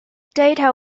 data